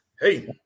Hey